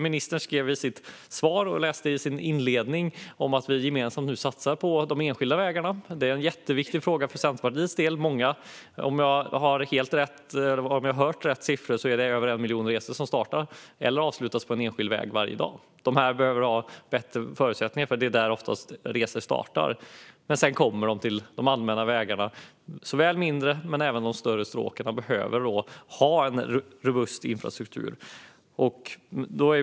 Ministern skriver i sitt svar att man nu gemensamt satsar på de enskilda vägarna, och det är en jätteviktig fråga för Centerpartiets del. Om jag har hört rätt siffror är det över 1 miljon resor som startar eller avslutas på en enskild väg varje dag. De behöver ha bättre förutsättningar, för det är oftast där resor startar. Sedan kommer de till de allmänna vägarna, och såväl mindre som större stråk behöver då ha en robust infrastruktur.